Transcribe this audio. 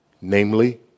namely